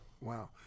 Wow